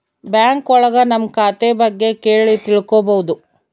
bank ಒಳಗ ನಮ್ ಖಾತೆ ಬಗ್ಗೆ ಕೇಳಿ ತಿಳ್ಕೋಬೋದು